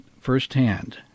firsthand